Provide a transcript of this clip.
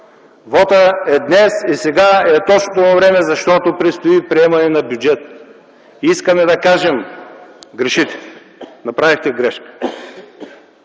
вотът е днес и сега, и е точното му време, защото предстои приемане на бюджет. Искаме да кажем: грешите! Направихте грешка!